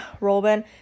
Robin